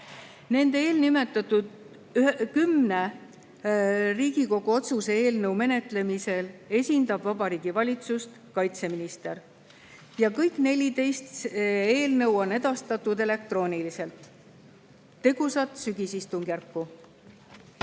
Eelnimetatud kümne Riigikogu otsuse eelnõu menetlemisel esindab Vabariigi Valitsust kaitseminister. Kõik 14 eelnõu on edastatud elektrooniliselt. Tegusat sügisistungjärku!